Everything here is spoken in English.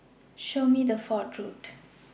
Show Me The Way to Fort Road